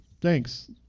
thanks